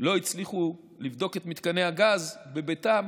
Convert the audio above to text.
לא הצליחו לבדוק את מתקני הגז בביתם,